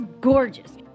gorgeous